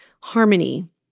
Harmony